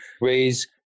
raise